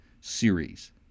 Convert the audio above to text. series